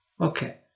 okay